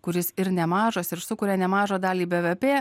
kuris ir nemažas ir sukuria nemažą dalį bvp